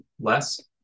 less